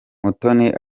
mutoni